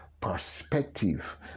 perspective